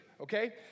okay